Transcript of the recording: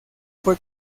fue